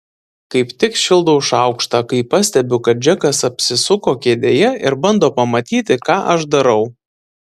kaip tik šildau šaukštą kai pastebiu kad džekas apsisuko kėdėje ir bando pamatyti ką aš darau